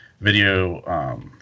video